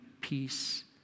peace